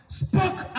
spoke